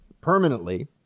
permanently